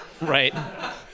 Right